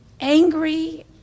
angry